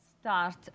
start